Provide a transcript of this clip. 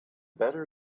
better